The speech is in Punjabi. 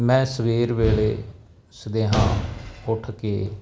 ਮੈਂ ਸਵੇਰ ਵੇਲੇ ਸਦੇਹਾਂ ਉੱਠ ਕੇ